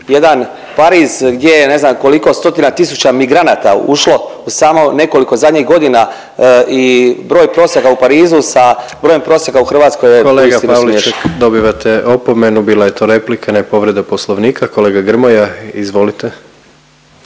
jedan Pariz gdje je ne znam koliko stotina tisuća migranata ušlo u samo nekoliko zadnjih godina i broj prosjaka u Parizu sa brojem prosjaka u Hrvatskoj je uistinu smiješno. **Jandroković, Gordan (HDZ)** Kolega Pavliček dobivate opomenu, bila je to replika ne povreda Poslovnika. Kolega Grmoja, izvolite.